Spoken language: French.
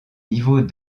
niveaux